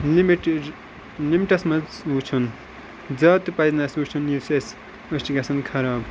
limited limits منٛز وٕچھُن زیادٕ تہِ پَزِ نہٕ اَسہِ وٕچھُن یُس اَسہِ أسہِ گژھان خراب